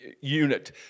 unit